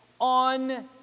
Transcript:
on